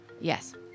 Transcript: Yes